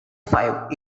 five